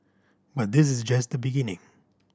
but this is just the beginning